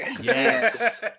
Yes